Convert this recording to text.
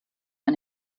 ein